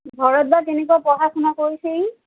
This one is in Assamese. ঘৰত বা কেনেকুৱা পঢ়া শুনা কৰিছে ই